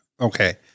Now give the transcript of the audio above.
Okay